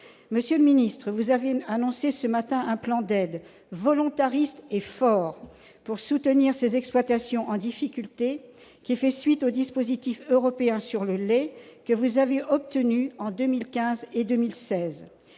Monsieur le ministre, vous avez annoncé ce matin un plan d'aide, volontariste et fort, pour soutenir ces exploitations en difficulté. Ce plan fait suite aux dispositifs européens sur le lait que vous avez obtenus en 2015 et 2016.